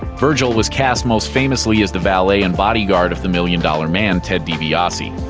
virgil was cast most famously as the valet and bodyguard of the million dollar man, ted dibiase.